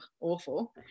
awful